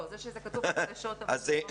לא, זה שזה כתוב בחדשות, אני מבינה.